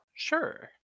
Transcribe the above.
Sure